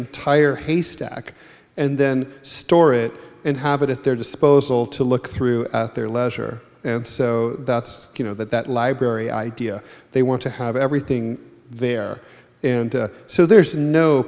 entire haystack and then store it and have it at their disposal to look through their leisure and so that's you know that that library idea they want to have everything there and so there's no